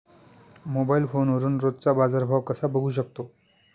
Mobile फोनवरून रोजचा बाजारभाव कसा बघू शकतो?